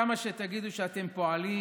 כמה שתגידו שאתם פועלים